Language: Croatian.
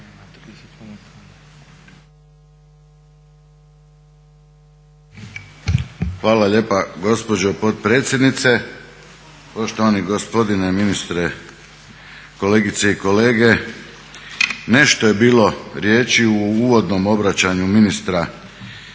Hvala lijepa gospođo potpredsjednice, poštovani gospodine ministre, kolegice i kolege. Nešto je bilo riječi u uvodnom obraćanju ministra iz